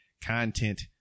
content